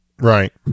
Right